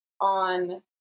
on